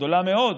גדולה מאוד,